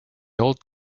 old